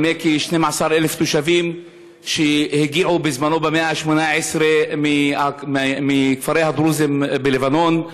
מונה כ-12,000 תושבים שהגיעו במאה ה-18 מכפרי הדרוזים בלבנון,